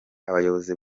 abayobozi